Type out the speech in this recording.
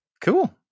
Cool